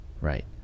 Right